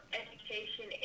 education